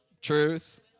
truth